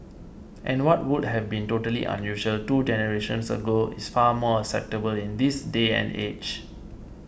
and what would have been totally unusual two generations ago is far more acceptable in this day and age